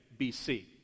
BC